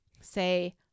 say